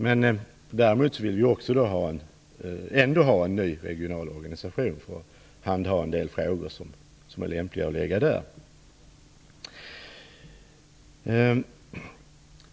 Vi vill ändå ha en ny regional organisation för att handha en del frågor som är lämpliga att lägga där.